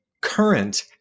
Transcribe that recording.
current